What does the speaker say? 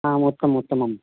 आम् उत्तमम् उत्तमम्